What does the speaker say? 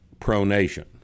pronation